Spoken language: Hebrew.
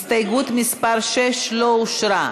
הסתייגות מס' 6 לא אושרה.